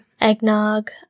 eggnog